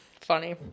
funny